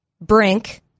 brink